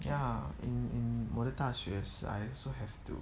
ya in in 我的大学 I also have to